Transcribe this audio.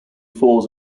falls